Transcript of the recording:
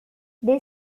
they